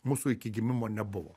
mūsų iki gimimo nebuvo